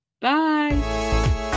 Bye